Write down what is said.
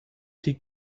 die